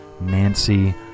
Nancy